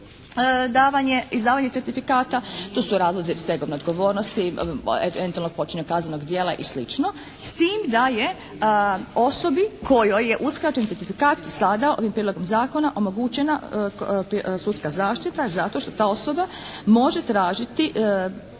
izdavanje certifikata. To su razlozi stegovne odgovornosti, eventualno počinjenog kaznenog djela i slično. S tim da je osobi kojoj je uskraćen certifikat sada ovim Prijedlogom zakona omogućena sudska zaštita zato što ta osoba može tražiti